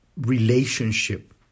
relationship